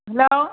hello